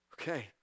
okay